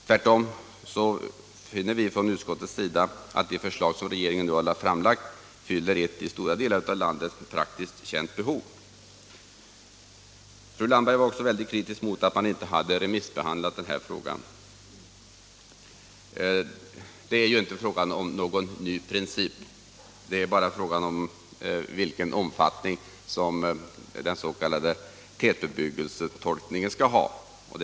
Tvärtom anser vi från utskottets sida att det förslag som regeringen har framlagt fyller ett i stora delar av landet känt praktiskt behov. Fru Landberg var också kritisk emot att man inte hade remissbehandlat det här förslaget. Det är ju inte fråga om någon ny princip, utan fråga om vilken omfattning tolkningen av begreppet tätbebyggelse skall ha.